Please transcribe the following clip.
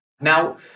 now